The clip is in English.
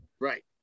right